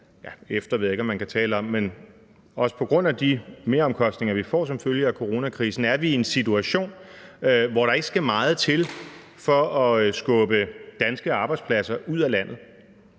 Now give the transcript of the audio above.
her, »efter« ved jeg ikke om kan tale om, men også på grund af de meromkostninger, vi får, som følge af coronakrisen – i en situation, hvor der ikke skal meget til for at skubbe danske arbejdspladser ud af landet.